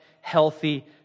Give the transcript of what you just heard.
healthy